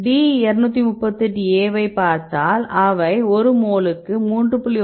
D238A ஐ பார்த்தால் அவை ஒரு மோலுக்கு 3